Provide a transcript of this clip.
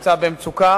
שנמצא במצוקה